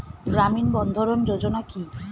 গ্রামীণ বন্ধরন যোজনা কি?